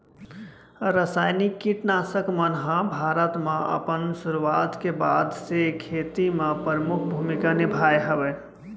रासायनिक किट नाशक मन हा भारत मा अपन सुरुवात के बाद से खेती मा परमुख भूमिका निभाए हवे